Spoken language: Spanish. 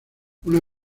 una